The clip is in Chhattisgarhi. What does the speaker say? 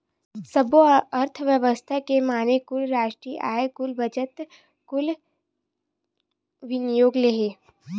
सब्बो अर्थबेवस्था के माने कुल रास्टीय आय, कुल बचत, कुल विनियोग ले हे